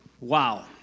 Wow